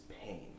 pain